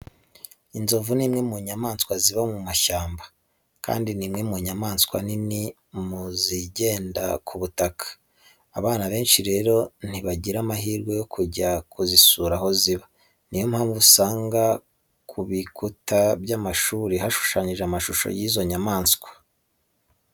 Inzovu ni imwe mu nyamaswa ziba mu mashyamba, kandi ni imwe mu nyamaswa nini mu zigenda ku butaka. Abana besnhi rero ntibagira amahirwe yo kujya kuzisura aho ziba, ni yo mpamvu usanga ku bikuta by'amashuri hashushanijeho amashusho y'izo nyamaswa.